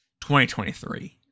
2023